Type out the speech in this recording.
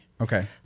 Okay